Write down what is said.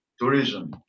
tourism